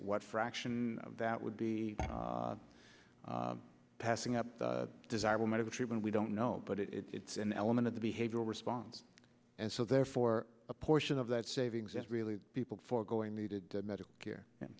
what fraction that would be passing up desirable medical treatment we don't know but it's an element of the behavioral response and so therefore a portion of that savings is really people foregoing needed medical care and